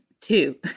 two